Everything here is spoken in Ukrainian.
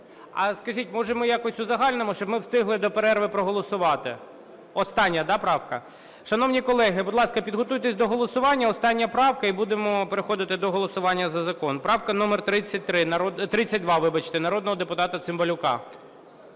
А скажіть, може ми якось узагальнимо? Щоб ми встигли до перерви проголосувати. Остання, так, правка? Шановні колеги, будь ласка, підготуйтесь до голосування. Остання правка - і будемо переходити до голосування за закон. Правка номер 32, народного депутата Цимбалюка.